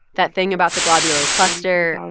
that thing about the globular cluster.